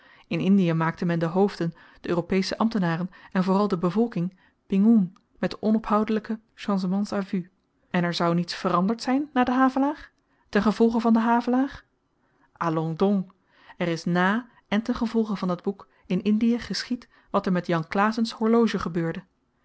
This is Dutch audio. in indie maakte men de hoofden de europeesche ambtenaren en vooral de bevolking biengoeng met de onophoudelyke changements à vue en er zou niets veranderd zyn na den havelaar ten gevolge van den havelaar allons donc er is nà en ten gevolge van dat boek in indie geschied wat er met jan klaassen's horloge gebeurde